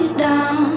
down